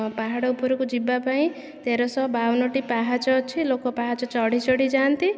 ପାହାଡ଼ ଉପରକୁ ଯିବା ପାଇଁ ତେର ଶହ ବାଉନ ଟି ପାହାଚ ଅଛି ଲୋକ ପାହାଚ ଚଢ଼ି ଚଢ଼ି ଯାଆନ୍ତି